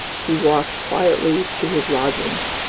he walked quietly to his lodgings,